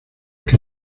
que